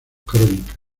crónica